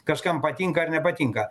kažkam patinka ar nepatinka